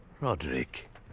Roderick